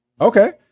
Okay